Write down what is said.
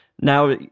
now